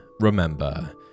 remember